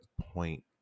point